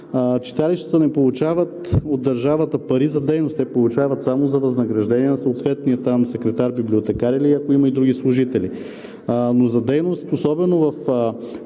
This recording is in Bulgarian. Читалищата не получават от държавата пари за дейност. Те получават само за възнаграждение на съответните там секретар, библиотекар или ако има и други служители, но за дейност, особено в